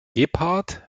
gebhard